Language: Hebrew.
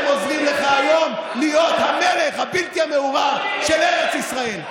הם עוזרים לך היום להיות המלך הבלתי-מעורער של ארץ ישראל.